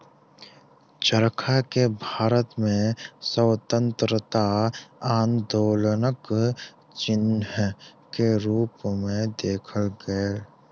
चरखा के भारत में स्वतंत्रता आन्दोलनक चिन्ह के रूप में देखल गेल